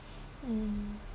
mm